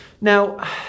Now